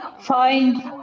find